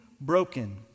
broken